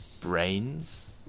brains